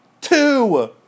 Two